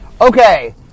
Okay